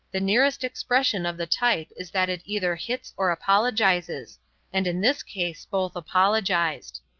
the nearest expression of the type is that it either hits or apologizes and in this case both apologized.